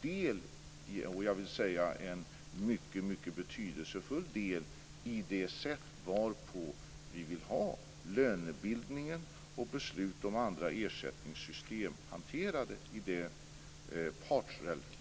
Det är en del - en mycket betydelsefull del - i det sätt varpå vi vill ha lönebildningen och beslut om andra ersättningssystem hanterade i det